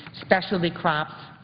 especialty crops,